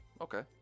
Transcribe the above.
Okay